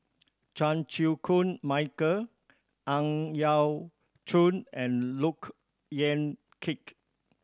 Chan Chew Koon Michael Ang Yau Choon and Look Yan Kit